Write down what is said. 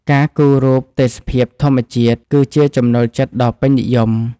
ការគូររូបទេសភាពធម្មជាតិគឺជាចំណូលចិត្តដ៏ពេញនិយម។